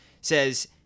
says